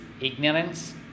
ignorance